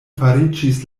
fariĝis